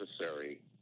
necessary